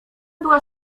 była